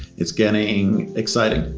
it's getting exciting.